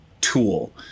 tool